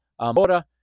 Amora